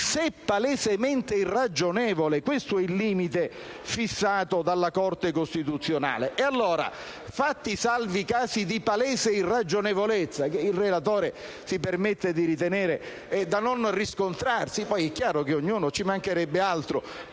se palesemente irragionevole: questo è il limite fissato dalla Corte costituzionale. Fatti allora salvi i casi di palese irragionevolezza, che il relatore si permette di ritenere da non riscontrarsi (poi è chiaro che ognuno può esprimere, e ci